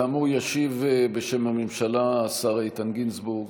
כאמור, ישיב בשם הממשלה השר איתן גינזבורג.